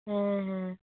ᱦᱮᱸ ᱦᱮᱸ